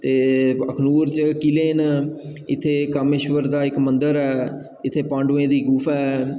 ते अखनूर च किले न इत्थै कामेश्वर दा इक मंदर ऐ इत्थै पाडुंए दी इक गुफा ऐ